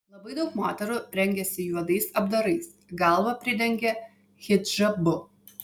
labai daug moterų rengiasi juodais apdarais galvą pridengia hidžabu